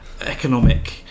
economic